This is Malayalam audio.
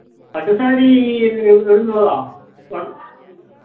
പട്ടു സാരി എവിടെ നിന്നുള്ളതാണ് വണ്